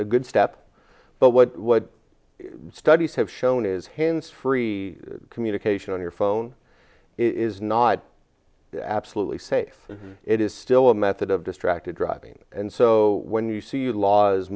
a good step but what what studies have shown is hands free communication on your phone is not absolutely safe it is still a method of distracted driving and so when you see